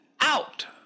out